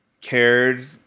cared